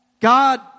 God